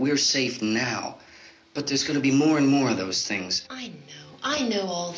we're safe now but there's going to be more and more of those things i